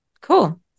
Cool